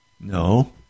No